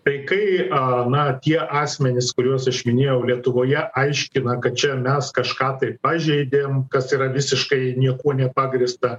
tai kai a na tie asmenys kuriuos aš minėjau lietuvoje aiškina kad čia mes kažką tai pažeidėm kas yra visiškai niekuo nepagrįsta